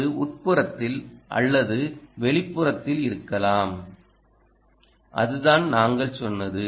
அது உட்புறத்தில் அல்லது வெளிப்புறத்தில் இருக்கலாம் அதுதான் நாங்கள் சொன்னது